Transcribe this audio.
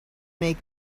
make